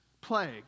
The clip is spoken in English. plague